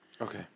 Okay